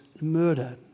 murder